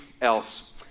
else